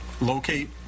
locate